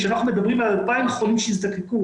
כשאנחנו מדברים על 2,000 חולים שיזדקקו